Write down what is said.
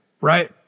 right